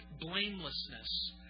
blamelessness